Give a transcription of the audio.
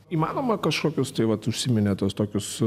įmanoma kažkokius tai vat užsiminėt tuos tokius